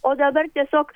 o dabar tiesiog